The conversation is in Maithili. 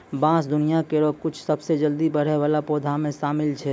बांस दुनिया केरो कुछ सबसें जल्दी बढ़ै वाला पौधा म शामिल छै